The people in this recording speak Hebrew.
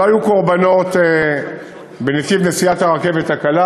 שלא היו קורבנות בנתיב נסיעת הרכבת הקלה,